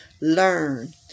Learn